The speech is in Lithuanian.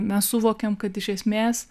mes suvokiam kad iš esmės